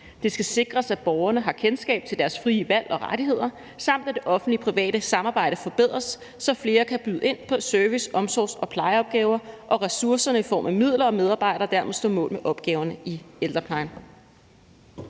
Det skal sikres, at borgerne har kendskab til deres frie valg og rettigheder, samt at det offentlig-private samarbejde forbedres, så flere kan byde ind på service-, omsorgs- og plejeopgaver og ressourcerne i form af midler og medarbejdere dermed står mål med opgaverne i ældreplejen.«